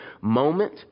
moment